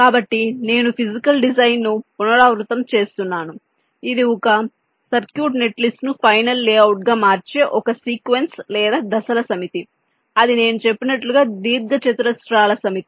కాబట్టి నేను physical design ను పునరావృతం చేస్తున్నాను ఇది ఒక సర్క్యూట్ నెట్లిస్ట్ను ఫైనల్ లేఅవుట్గా మార్చే ఒక సీక్వెన్స్ లేదా దశల సమితి ఇది నేను చెప్పినట్లుగా దీర్ఘచతురస్రాల సమితి